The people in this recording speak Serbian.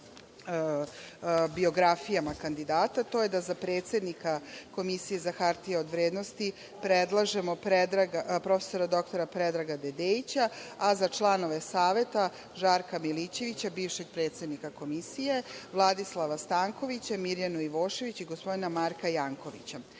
biografijama kandidata, to je da za predsednika Komisije za hartije od vrednosti predlažemo prof. dr Predraga Dedeića, a za članove Saveta Žarka Milićevića, bivšeg predsednika Komisije, Vladislava Stankovića, Mirjanu Ivošević i gospodina Marka Jankovića. Sada